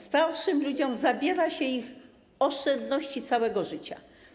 Starszym ludziom zabiera się oszczędności całego życia.